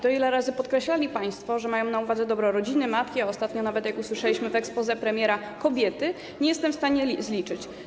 Tego, ile razy podkreślali państwo, że mają na uwadze dobro rodziny, matki, a ostatnio nawet, jak usłyszeliśmy w exposé premiera, kobiety, nie jestem w stanie zliczyć.